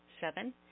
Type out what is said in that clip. Seven